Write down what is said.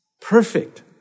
perfect